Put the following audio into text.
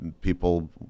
people